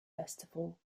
festival